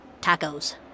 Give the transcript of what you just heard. tacos